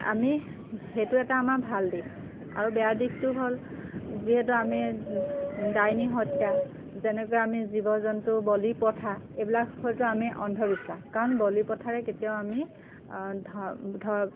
আমি সেইটো এটা আমাৰ ভাল দিশ আৰু বেয়া দিশটো হ'ল যিহেতু আমি ডাইনী হত্যা যেনেকৈ আমি জীৱ জন্তু বলি প্ৰথা এইবিলাক হয়তো আমি অন্ধবিশ্বাস কাৰণ বলি প্ৰথাৰে কেতিয়াও আমি ধ ধৰ্